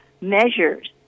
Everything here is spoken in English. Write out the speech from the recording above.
measures